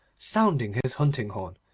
sounding his hunting horn,